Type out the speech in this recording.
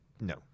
No